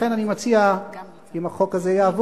לכן אני מציע, אם החוק הזה יעבור,